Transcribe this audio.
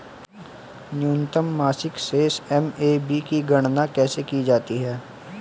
न्यूनतम मासिक शेष एम.ए.बी की गणना कैसे की जाती है?